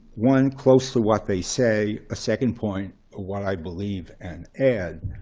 one, close to what they say. a second point, what i believe and add.